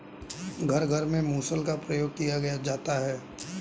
घर घर में मुसल का प्रयोग किया जाता है